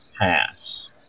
Pass